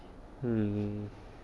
mm